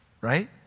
right